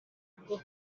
bwo